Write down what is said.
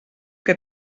que